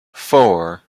four